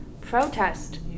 protest